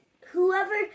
Whoever